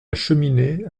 cheminée